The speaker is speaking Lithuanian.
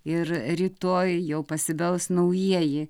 ir rytoj jau pasibels naujieji